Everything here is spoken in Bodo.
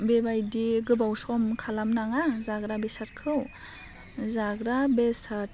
बेबायदि गोबाव सम खालामनाङा जाग्रा बेसादखौ जाग्रा बेसाद